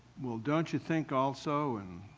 well, don't you, think, also, and